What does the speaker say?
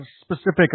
specific